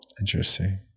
interesting